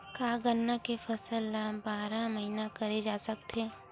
का गन्ना के फसल ल बारह महीन करे जा सकथे?